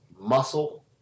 Muscle